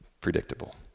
predictable